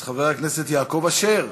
אז חבר הכנסת יעקב אשר,